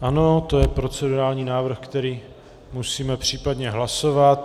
Ano, to je procedurální návrh, který musíme případně hlasovat.